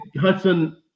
Hudson